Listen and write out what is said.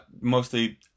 mostly